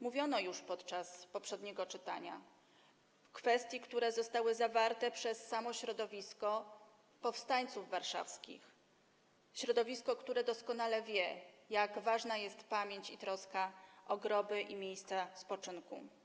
mówiono już podczas poprzedniego czytania, kwestii, poruszonych przez samo środowisko powstańców warszawskich, które doskonale wie, jak ważne są pamięć i troska o groby i miejsca spoczynku.